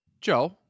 Joe